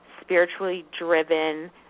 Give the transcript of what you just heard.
spiritually-driven